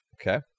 Okay